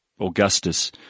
Augustus